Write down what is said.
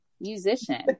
musician